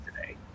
today